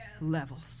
levels